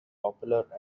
popular